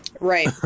Right